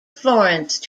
florence